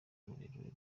rurerure